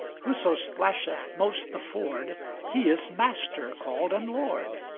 whoso splasheth most the ford he is master called and lord.